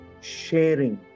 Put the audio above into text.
sharing